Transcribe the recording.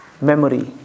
memory